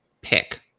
pick